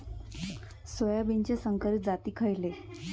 सोयाबीनचे संकरित जाती खयले?